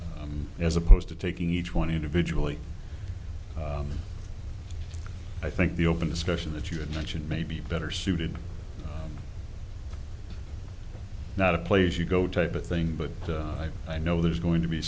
light as opposed to taking each one individually i think the open discussion that you had mentioned may be better suited not a place you go type of thing but i know there's going to be